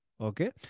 Okay